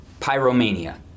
pyromania